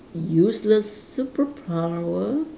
useless superpower